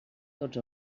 tots